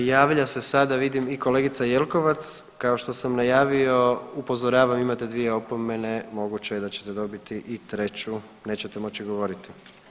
Javlja se sada vidim i kolegica Jelkovac, kao što sam najavio upozoravam imate dvije opomene moguće je da ćete dobiti i treću, nećete moći govoriti.